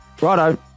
righto